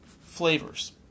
Flavors